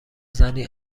زنی